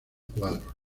cuadros